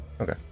Okay